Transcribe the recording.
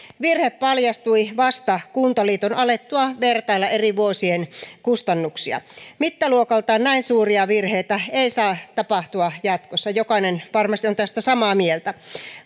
virhe paljastui vasta kuntaliiton alettua vertailla eri vuosien kustannuksia mittaluokaltaan näin suuria virheitä ei saa tapahtua jatkossa jokainen varmasti on tästä samaa mieltä